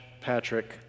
Patrick